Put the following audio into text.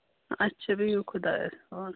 اچھا بِہِو خۄدایَس حَوالہٕ